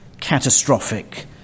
catastrophic